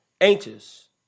anxious